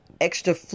extra